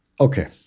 Okay